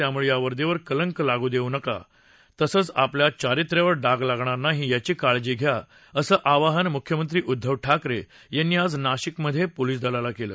त्याम्ळे या वर्दीवर कलंक लाग् देऊ नका तसेच आपल्या चारित्र्यावर डाग लागणार नाही याची काळजी घ्या असं आवाहन म्ख्यमंत्री उद्धव ठाकरे यांनी आज नाशिकमध्ये पोलीस दलाला केलं